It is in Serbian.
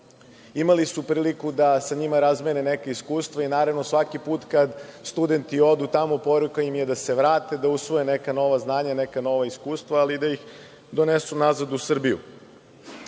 imali su priliku da sa njima razmene neka iskustva i naravno, svaki put kada studenti odu tamo, poruka im je da se vrate, da usvoje neka nova znanja i neka nova iskustva, ali da ih donesu nazad u Srbiju. Poenta